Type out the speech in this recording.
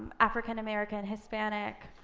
african american, hispanic